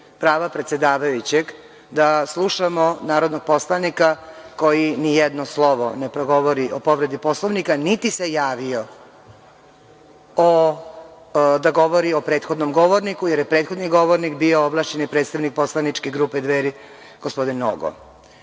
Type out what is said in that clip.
prava predsedavajućeg, da slušamo narodnog poslanika koji ni jedno slovo ne progovori o povredi Poslovnika, niti se javio da govori o prethodnom govorniku, jer je prethodni govornik bio ovlašćeni predstavnik Poslaničke grupe „Dveri“ gospodin